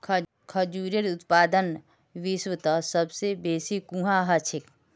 खजूरेर उत्पादन विश्वत सबस बेसी कुहाँ ह छेक